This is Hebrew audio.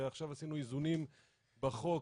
ועכשיו עשינו איזונים בחוק,